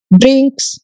drinks